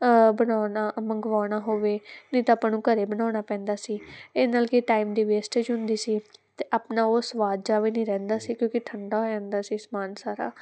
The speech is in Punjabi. ਬਣਾਉਣਾ ਮੰਗਵਾਉਣਾ ਹੋਵੇ ਨਹੀਂ ਤਾਂ ਆਪਾਂ ਨੂੰ ਘਰ ਬਣਾਉਣਾ ਪੈਂਦਾ ਸੀ ਇਹਦੇ ਨਾਲ ਕਿ ਟਾਈਮ ਦੀ ਵੇਸਟਏਜ ਹੁੰਦੀ ਸੀ ਅਤੇ ਆਪਣਾ ਉਹ ਸਵਾਦ ਜਿਹਾ ਵੀ ਨਹੀਂ ਰਹਿੰਦਾ ਸੀ ਕਿਉਂਕਿ ਠੰਡਾ ਹੋ ਜਾਂਦਾ ਸੀ ਸਮਾਨ ਸਾਰਾ